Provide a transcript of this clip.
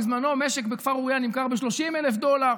בזמנו, משק בכפר אוריה נמכר ב-30,000 דולר.